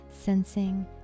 sensing